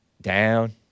down